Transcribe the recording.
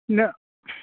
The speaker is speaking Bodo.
नो